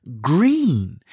green